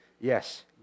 Yes